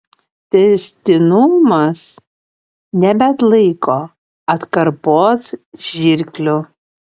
tęstinumas nebeatlaiko atkarpos žirklių